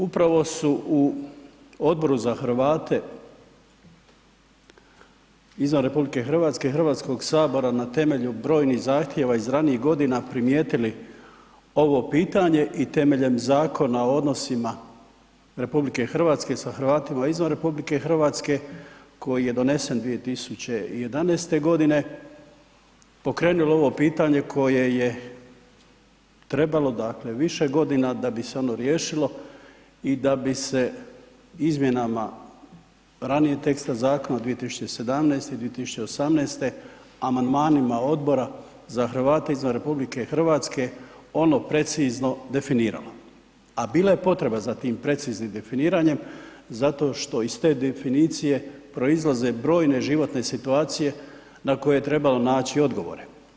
Upravo su u Odboru za Hrvate izvan RH Hrvatskog sabora na temelju brojnih zahtjeva iz ranijih godina primijetili ovo pitanje i temeljem Zakona o odnosima RH sa Hrvatima izvan RH koji je donesen 2011. godine pokrenuli ovo pitanje koje je trebalo dakle više godina da bi se ono riješilo i da bi se izmjenama ranijeg teksta zakona 2017., 2018. amandmanima Odbora za Hrvate izvan RH ono precizno definiralo, a bila je potreba za tim preciznim definiranjem zato što iz te definicije proizlaze brojne životne situacije na koje je trebalo naći odgovore.